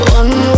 one